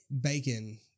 bacon